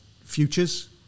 futures